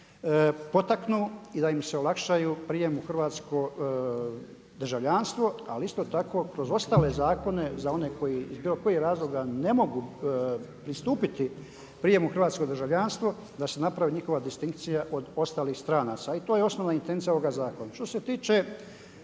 potaknu i da im se olakšaju prijem u hrvatsko državljanstvo, ali isto tako kroz ostale zakone za one koji iz bilo kojih razloga ne mogu pristupiti prijemu u hrvatsko državljanstvo da se napravi njihova distinkcija od ostalih stranaca. I to je osnovna intencija ovoga zakona. Što se tiče,